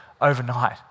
overnight